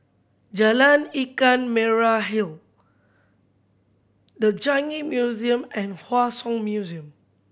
Jalan Ikan Merah Hill The Changi Museum and Hua Song Museum